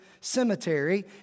cemetery